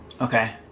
Okay